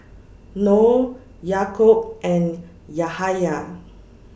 Noh Yaakob and Yahaya